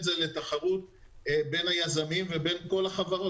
זה לתחרות בין היזמים ובין כל החברות,